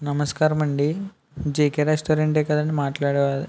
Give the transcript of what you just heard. నమస్కారమండి జెకె రెస్టారెంటే కదండి మాట్లాడేది